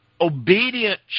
obedient